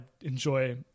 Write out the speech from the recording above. enjoy